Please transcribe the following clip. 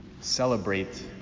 celebrate